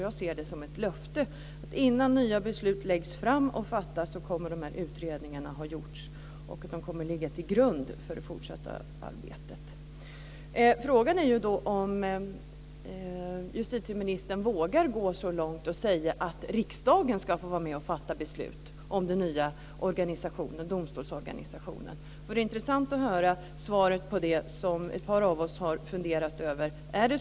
Jag ser det som ett löfte att innan nya beslut läggs fram och fattas kommer de utredningarna att ha gjorts, och de kommer att ligga till grund för det fortsatta arbetet. Frågan är om justitieministern vågar gå så långt som att säga att riksdagen ska få vara med och fatta beslut om den nya domstolsorganisationen. Det vore intressant att höra svaret på det som ett par av oss har funderat på.